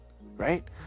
right